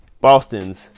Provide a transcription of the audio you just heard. boston's